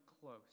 close